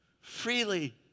Freely